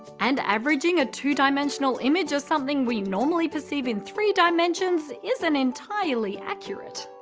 and averaging a two dimensional image of something we normally perceive in three dimensions isn't entirely accurate.